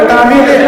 ותאמין לי,